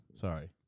Sorry